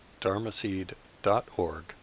dharmaseed.org